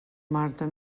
marta